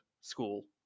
school